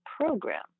program